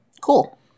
Cool